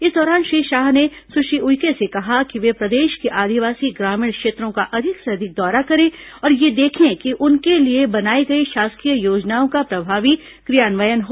इस दौरान श्री शाह ने सुश्री उइके से कहा कि वे प्रदेश के आदिवासी ग्रामीण क्षेत्रों का अधिक से अधिक दौरा करें और यह देखें कि उनके लिए बनाई गई शासकीय योजनाओं का प्रभावी क्रियान्वयन हो